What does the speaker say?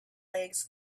legs